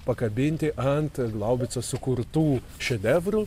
pakabinti ant glaubico sukurtų šedevrų